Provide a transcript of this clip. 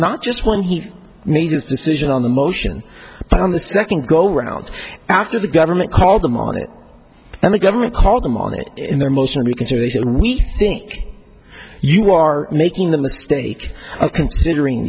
not just when he made his decision on the motion but on the second go round after the government called them on it and the government called them on it in their motion reconsideration i think you are making the mistake